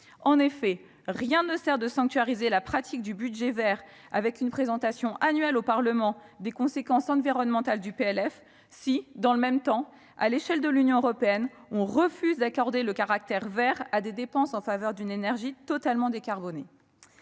En effet, rien ne sert de sanctuariser la pratique du budget vert, avec une présentation annuelle au Parlement des conséquences environnementales du projet de loi de finances, si dans le même temps, au niveau de l'Union européenne, on refuse de considérer comme vertes des dépenses en faveur d'une énergie totalement décarbonée.